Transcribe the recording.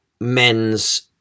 men's